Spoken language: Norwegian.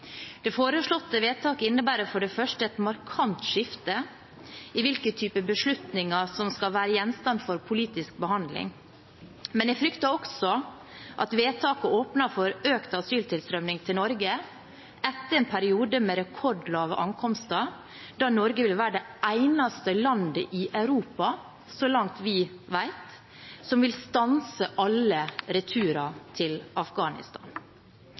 Det foreslåtte vedtaket innebærer for det første et markant skifte i hvilken type beslutninger som skal være gjenstand for politisk behandling. Men jeg frykter også at vedtaket åpner for økt asyltilstrømning til Norge etter en periode med rekordlave ankomster, da Norge vil være det eneste landet i Europa – så langt vi vet – som vil stanse alle returer til Afghanistan.